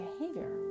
behavior